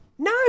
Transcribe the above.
No